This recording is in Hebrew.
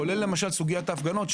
כולל למשל סוגיית ההפגנות,